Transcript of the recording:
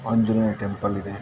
Anjaneya temple ಇದೆ